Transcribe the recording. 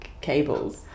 cables